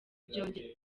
byongera